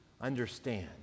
understand